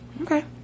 Okay